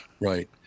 right